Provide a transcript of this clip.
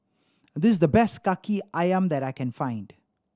this the best Kaki Ayam that I can find